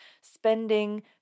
spending